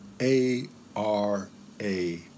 A-R-A